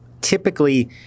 typically